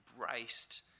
embraced